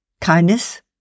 Kindness